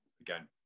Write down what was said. again